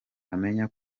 amenya